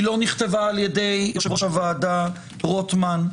היא לא נכתבה על ידי יושב-ראש הוועדה רוטמן,